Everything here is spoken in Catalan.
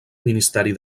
ministeri